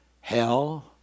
hell